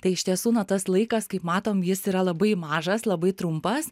tai iš tiesų na tas laikas kaip matom jis yra labai mažas labai trumpas